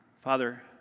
Father